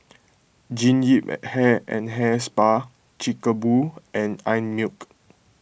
Jean Yip Hair and Hair Spa Chic A Boo and Einmilk